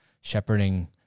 shepherding